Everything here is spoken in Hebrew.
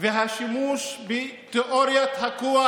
והשימוש בתיאוריית הכוח,